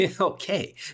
okay